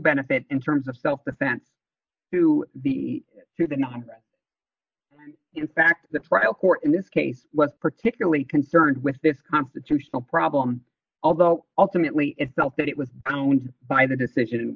benefit in terms of self defense to the to the not in fact the trial court in this case was particularly concerned with this constitutional problem although ultimately it felt that it was by the decision and